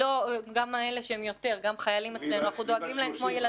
גם לחיילים אצלנו אנחנו דואגים כמו לילדים.